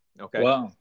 Okay